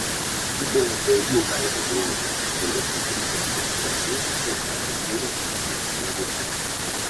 ji buvo dailių veido bruožų keliais centimetrais aukštesnė ir metais vyresnė už vladimirą